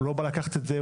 הוא לא בא לקחת את זה,